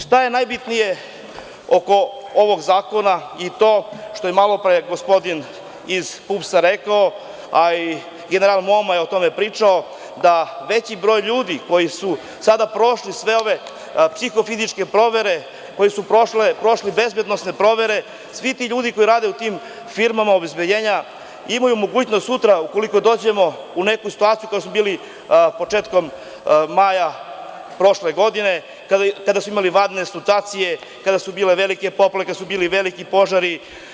Šta je najbitnije oko ovog zakona i to što je malo pre gospodin iz PUPS-a rekao, a i general Moma je o tome pričao da veći broj ljudi koji su sada prošli sve ove psihofizičke provere, koji su prošli bezbednosne provere, svi ti ljudi koji rade u tim firmama obezbeđenja imaju mogućnost sutra ukoliko dođemo u neku situaciju, to smo bili početkom maja prošle godine, kada smo imali vanrednu situaciju, kada su bile velike poplave, kada su bili veliki požari.